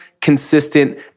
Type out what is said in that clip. consistent